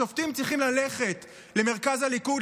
השופטים צריכים ללכת למרכז הליכוד,